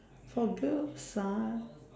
for girls ah